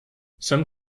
some